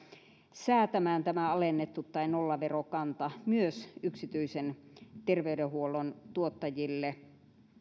säätämään tämä alennettu nollaverokanta myös yksityisen terveydenhuollon tuottajille